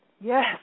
Yes